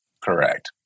Correct